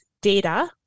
data